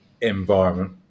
environment